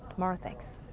um ah thanks.